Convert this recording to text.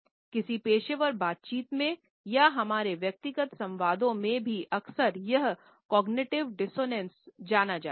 किसी पेशेवर बातचीत में या हमारे व्यक्तिगत संवादों में भी अक्सर यह कॉग्निटिव दिस्सोन्ने जाना जाता है